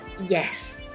Yes